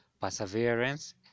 perseverance